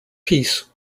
peace